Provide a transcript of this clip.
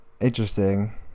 interesting